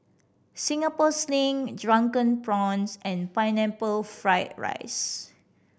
Singapore Sling Drunken Prawns and Pineapple Fried rice